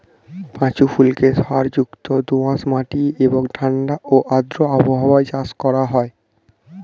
পাঁচু ফুলকে সারযুক্ত দোআঁশ মাটি এবং ঠাণ্ডা ও আর্দ্র আবহাওয়ায় চাষ করা হয়